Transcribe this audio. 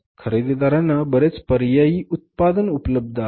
खरेदीदारांना बरेच पर्यायी उत्पादनं उपलब्ध आहेत